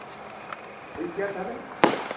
ᱴᱷᱤᱠ ᱜᱮᱭᱟ ᱛᱟᱞᱦᱮ